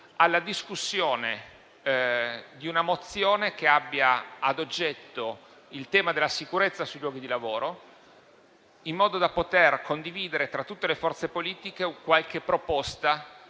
alla discussione di una mozione che abbia ad oggetto il tema della sicurezza sui luoghi di lavoro, in modo da poter condividere tra tutte le forze politiche qualche proposta